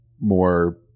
more